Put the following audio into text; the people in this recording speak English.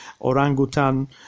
orangutan